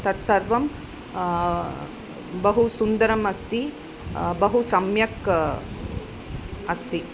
तत्सर्वं बहु सुन्दरम् अस्ति बहु सम्यक् अस्ति